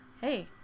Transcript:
Hey